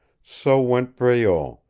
so went breault,